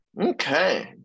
Okay